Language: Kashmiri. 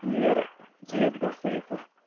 نِیَر عیٖدگاہ صحیح سر